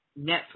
Netflix